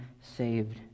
saved